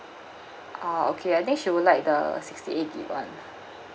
ah okay I think she would like the sixty eight G_B one